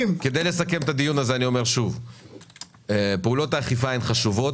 לסיכום, שוב, פעולות האכיפה הן חשובות,